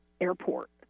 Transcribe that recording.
airport